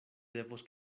devos